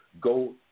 go